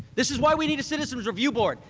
this is why we need a citizens review board.